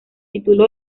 tituló